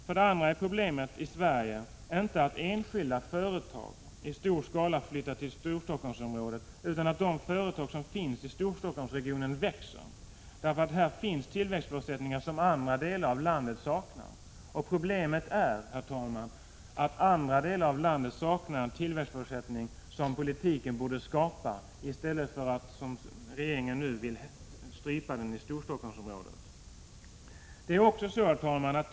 För det andra är, herr talman, problemet i Sverige inte att enskilda företag i stor skala flyttar till Storstockholmsregionen utan att de företag som finns i Storstockholmsregionen växer, för där finns tillväxtförutsättningar som andra delar av landet saknar. Problemet är, herr talman, att andra delar av landet saknar tillväxtförutsättningar som politiken borde skapa i stället för att, som regeringen nu vill göra i Storstockholmsområdet, strypa dem.